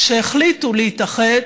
שהחליטו להתאחד,